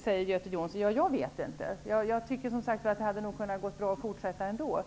frågar Göte Jonsson. Jag vet inte. Jag tycker att det hade kunnat gå bra att fortsätta ändå.